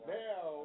now